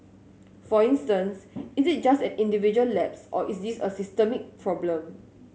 for instance is it just an individual lapse or is this a systemic problem